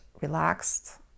relaxed